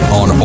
on